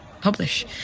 publish